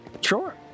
Sure